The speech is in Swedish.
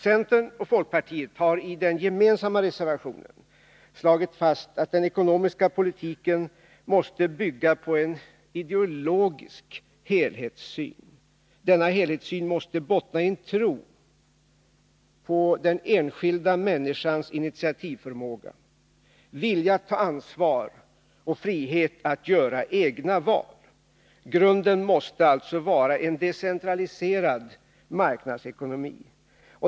Centern och folkpartiet har i den gemensamma reservationen slagit fast att den ekonomiska politiken måste bygga på en ideologisk helhetssyn. Denna helhetssyn måste bottna i en tro på den enskilda människans initiativförmåga, vilja att ta ansvar och frihet att göra egna val. Grunden måste alltså vara en decentraliserad marknadsekonomi.